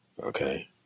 Okay